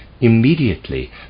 immediately